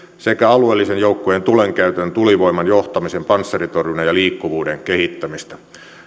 sekä alueellisten joukkojen tulenkäytön tulivoiman johtamisen panssaritorjunnan ja liikkuvuuden kehittämistä